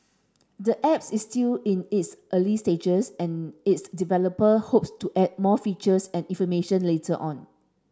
the apps is still in its early stages and its developer hopes to add more features and information later on